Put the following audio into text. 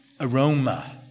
aroma